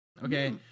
Okay